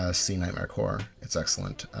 ah see nightmarecore, its excellent,